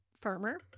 firmer